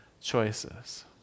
choices